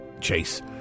Chase